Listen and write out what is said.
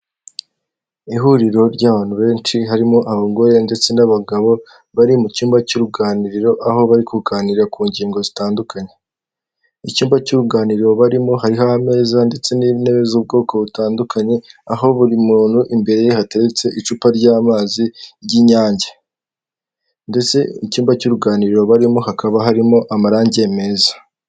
Ihuriro ry'abantu benshi, harimo abagore ndetse n'abagabo, bari mu cyumba cy'uruganiriro, aho bari kuganira ku ngingo zitandukanye. Icyumba cy'uruganiriro barimo hariho ameza ndetse n'intebe z'ubwoko butandukanye, aho buri muntu imbere hateretse icupa ry'amazi, ry'inyange. Ndetse icyumba cy'uruganiriro barimo hakaba harimo amarange meza.